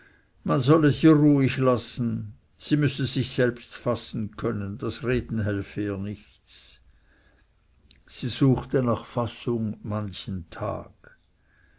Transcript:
man solle sie ruhig lassen sie müsse sich selbst fassen können das reden helfe ihr nichts sie suchte nach fassung manchen tag